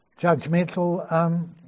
judgmental